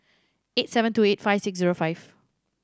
eight seven two eight five six zero five